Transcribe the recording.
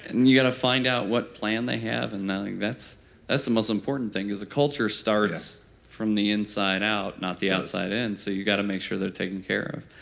and and you got to find out what plan they have, and that's that's the most important thing is a culture starts from the inside out, not the outside in, so you got to make sure they're taken care of.